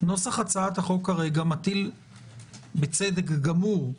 נוסח הצעת החוק כרגע מטיל בצדק גמור,